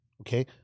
Okay